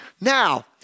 Now